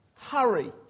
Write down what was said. Hurry